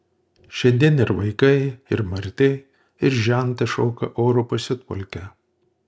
šiandien ir vaikai ir marti ir žentas šoka oro pasiutpolkę